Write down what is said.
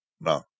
No